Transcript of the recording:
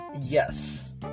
yes